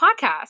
podcast